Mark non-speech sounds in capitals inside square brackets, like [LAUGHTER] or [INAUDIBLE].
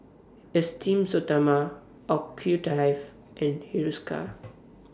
Esteem Stoma [UNINTELLIGIBLE] and Hiruscar